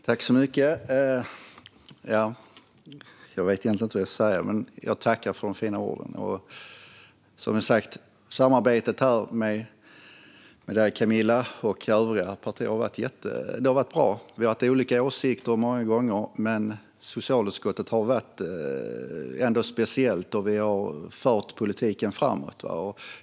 Fru talman! Jag vet egentligen inte vad jag ska säga, men jag tackar för de fina orden. Som sagt: Samarbetet här med dig, Camilla, och övriga har varit bra. Vi har många gånger haft olika åsikter, men socialutskottet har varit speciellt. Vi har fört politiken framåt.